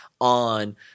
on